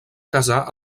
casar